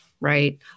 right